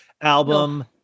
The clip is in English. album